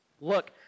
Look